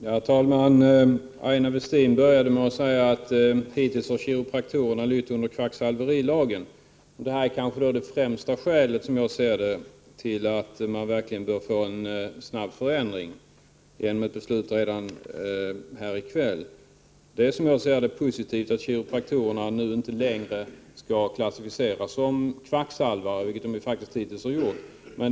Herr talman! Aina Westin började med att säga att kiropraktorerna hittills lytt under kvacksalverilagen. Det kanske är det främsta skälet, som jag ser det, till att man verkligen snabbt bör få en förändring — helst skulle vi ha fattat beslut här redan i kväll. Jag ser det som positivt att kiropraktorerna nu inte längre skall klassificeras som kvacksalvare, vilket faktiskt hittills varit fallet.